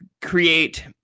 create